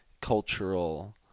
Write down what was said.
cultural